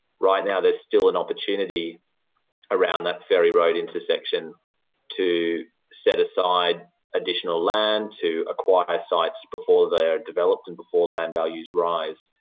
right now there's still an opportunity around that ferry road intersection to set aside additional land, to acquire sites before they are developed and before land values rise,